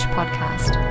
Podcast